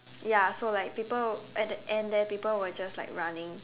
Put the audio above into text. ya so like people at the end there people were just like running